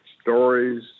stories